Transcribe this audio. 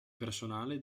personale